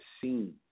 seen